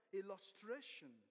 illustration